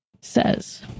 says